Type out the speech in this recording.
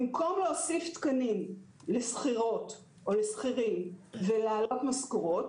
במקום להוסיף תקנים לשכירות או לשכירים ולהעלות משכורות,